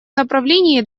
направлении